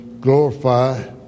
glorify